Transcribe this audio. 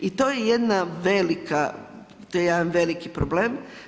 I to je jedna velika, to je jedan veliki problem.